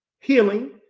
healing